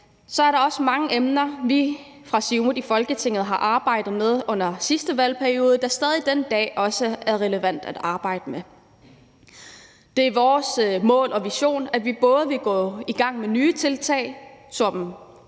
er der også mange emner, vi fra Siumut i Folketinget har arbejdet med under sidste valgperiode, der stadig den dag i dag er relevante at arbejde med. Det er vores mål og vision, at vi både vil gå i gang med nye tiltag som